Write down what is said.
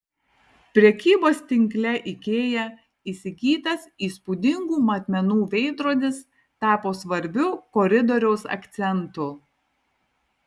prekybos tinkle ikea įsigytas įspūdingų matmenų veidrodis tapo svarbiu koridoriaus akcentu